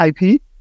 IP